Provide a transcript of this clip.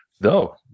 No